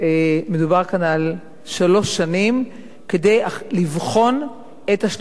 מדובר כאן על שלוש שנים, כדי לבחון את השלכותיו.